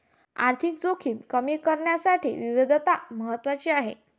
आर्थिक जोखीम कमी करण्यासाठी विविधता महत्वाची आहे